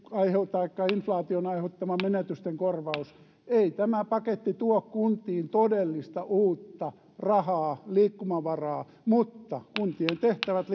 taikka inflaation aiheuttaman menetysten korvaus ei tämä paketti tuo kuntiin todellista uutta rahaa liikkumavaraa mutta kuntien tehtävät